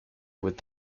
with